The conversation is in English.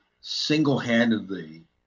single-handedly